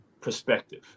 perspective